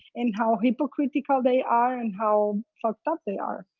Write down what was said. and how hypocritical they are, and how fucked up they are.